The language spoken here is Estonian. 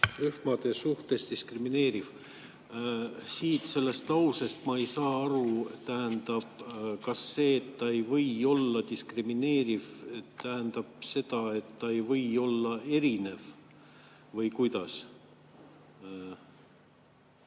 rühmade suhtes diskrimineeriv." Sellest lausest ma ei saa aru, kas see, et ta ei või olla diskrimineeriv, tähendab seda, et ta ei või olla erinev. Või kuidas?